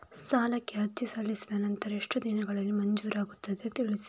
ಸಾಲಕ್ಕೆ ಅರ್ಜಿ ಸಲ್ಲಿಸಿದ ನಂತರ ಎಷ್ಟು ದಿನಗಳಲ್ಲಿ ಮಂಜೂರಾಗುತ್ತದೆ ತಿಳಿಸಿ?